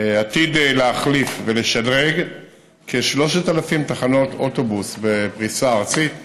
עתיד להחליף ולשדרג כ-3,000 תחנות אוטובוס בפריסה ארצית,